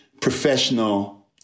professional